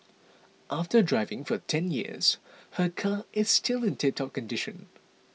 after driving for ten years her car is still in tiptop condition